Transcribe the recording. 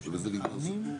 אותי.